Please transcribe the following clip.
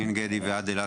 מעין גדי ועד אילת.